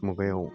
मुगायाव